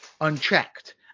unchecked